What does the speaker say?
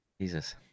Jesus